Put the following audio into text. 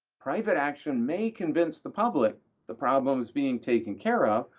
private action may convince the public the problem is being taken care of,